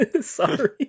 Sorry